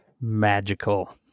magical